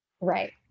Right